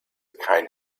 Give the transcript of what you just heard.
kind